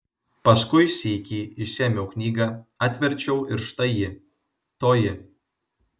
paskui sykį išsiėmiau knygą atverčiau ir štai ji toji